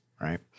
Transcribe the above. Right